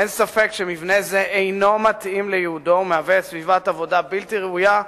אין ספק שמבנה זה אינו מתאים לייעודו ומהווה סביבת עבודה בלתי ראויה,